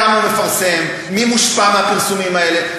כמה הוא מפרסם, מי מושפע מהפרסומים האלה.